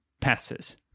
passes